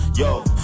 Yo